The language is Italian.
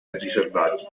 riservati